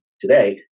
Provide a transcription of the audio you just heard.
today